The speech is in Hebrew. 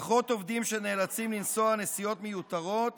פחות עובדים שנאלצים לנסוע נסיעות מיותרות